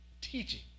teaching